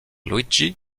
luigi